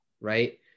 Right